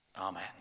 Amen